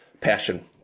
passion